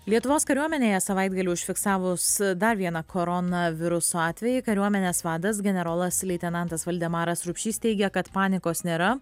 lietuvos kariuomenėje savaitgalį užfiksavus dar vieną koronaviruso atvejį kariuomenės vadas generolas leitenantas valdemaras rupšys teigia kad panikos nėra